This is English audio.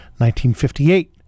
1958